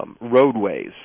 Roadways